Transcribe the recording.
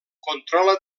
controla